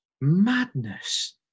Madness